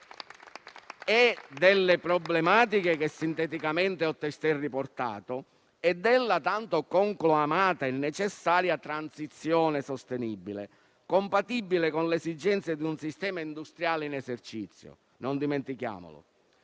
delle problematiche che sinteticamente ho testé riportato e della tanto conclamata e necessaria transizione sostenibile, compatibile con le esigenze di un sistema industriale in esercizio - non dimentichiamolo